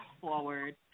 forward